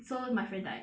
so my friend died